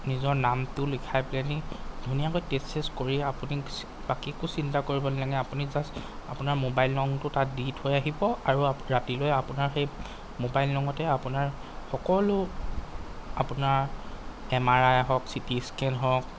নিজৰ নামটো লিখাই পিনি ধুনীয়াকৈ টেষ্ট চেষ্ট কৰি আপুনি বাকী একো চিন্তা কৰিব নালাগে আপুনি জাষ্ট আপোনাৰ ম'বাইল নংটো তাত দি থৈ আহিব আৰু ৰাতিলৈ আপোনাৰ সেই ম'বাইল নংতে আপোনাৰ সকলো আপোনাৰ এম আৰ আই হওক চিটি স্কেন হওক